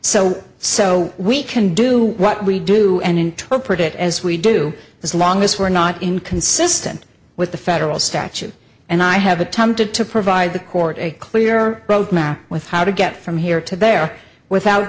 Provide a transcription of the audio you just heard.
so so we can do what we do and interpret it as we do as long as we're not inconsistent with the federal statute and i have attempted to provide the court a clear road map with how to get from here to there without